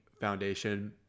foundation